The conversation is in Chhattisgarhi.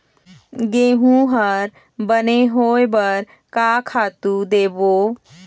गेहूं हर बने होय बर का खातू देबो?